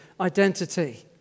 identity